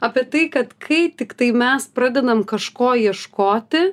apie tai kad kai tiktai mes pradedam kažko ieškoti